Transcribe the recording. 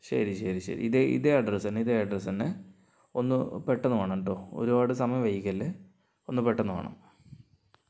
ശരി ശരി ശരി ഇതേ ഇതേ അഡ്രസ്സ് തന്നെ ഇതേ അഡ്രസ്സ് തന്നെ ഒന്ന് പെട്ടെന്ന് വേണം കേട്ടോ ഒരുപാട് സമയം വൈകിക്കല്ലേ ഒന്നു പെട്ടെന്ന് വേണം